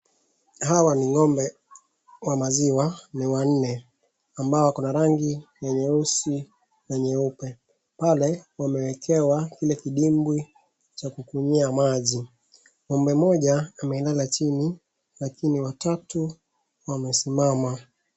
Hawa ni ng'ombe wa maziwa ni wanne ambao wako na rangi nyeusi na nyeupe. Pale wamewekewa kile kidimbwi cha kukunyia maji. Ng'ombe moja amelala chini lakini watatu wamesimama.